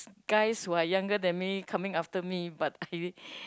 guys who are younger than me coming after me but